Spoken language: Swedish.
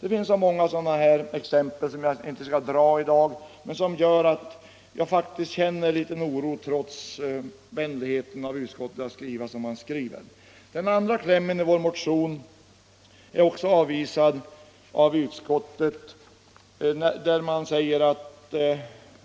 Det finns många sådana exempel, som jag inte skall dra i dag men som gör att jag faktiskt känner en viss oro trots utskottets skrivning. Den andra klämmen i vår motion har också avstyrkts av utskottet, som skriver att